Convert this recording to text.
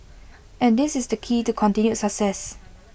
and this is the key to continued success